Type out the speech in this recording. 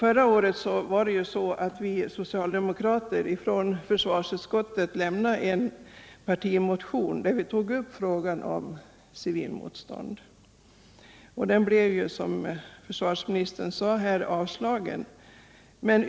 Förra året lämnade vi socialdemokrater från försvarsutskottet en partimotion, där vi tog upp frågan om civilmotstånd. Den blev, som försvarsministern sade, avslagen.